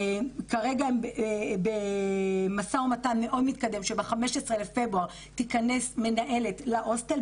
כרגע הם במשא ומתן מאוד מתקדם שב-15 בפברואר תיכנס מנהלת להוסטל,